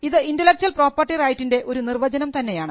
ഇത് intellectual property റൈറ്റിൻറെ ഒരു നിർവചനം തന്നെയാണ്